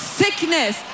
sickness